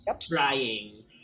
trying